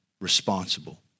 responsible